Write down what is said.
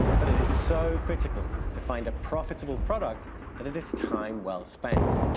but it is so critical to find a profitable product that it is time well spent.